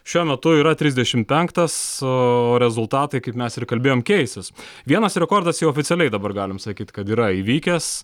šiuo metu yra trisdešim penktas o rezultatai kaip mes ir kalbėjom keisis vienas rekordas jau oficialiai dabar galim sakyt kad yra įvykęs